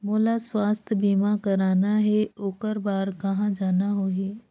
मोला स्वास्थ बीमा कराना हे ओकर बार कहा जाना होही?